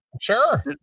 sure